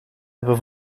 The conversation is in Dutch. hebben